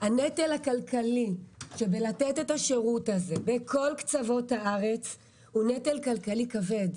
הנטל הכלכלי לתת את השירות הזה בכל קצוות הארץ הוא נטל כלכלי כבד.